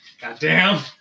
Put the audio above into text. Goddamn